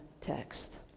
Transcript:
text